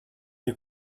you